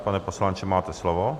Pane poslanče, máte slovo.